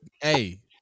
Hey